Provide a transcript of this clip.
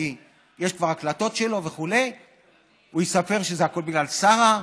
כי יש כבר הקלטות שלו וכו' הוא יספר שזה הכול בגלל שרה,